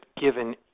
given